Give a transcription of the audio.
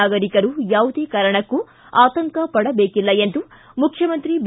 ನಾಗರಿಕರು ಯಾವುದೇ ಕಾರಣಕ್ಕೂ ಆತಂಕ ಪಡಬೇಕಿಲ್ಲ ಎಂದು ಮುಖ್ಯಮಂತ್ರಿ ಬಿ